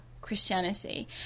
christianity